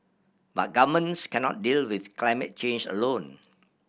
but governments cannot deal with climate change alone